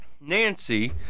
Nancy